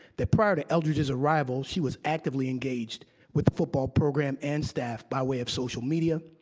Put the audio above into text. that prior to eldredge's arrival, she was actively engaged with the football program and staff by way of social media,